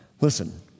Listen